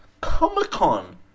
Comic-Con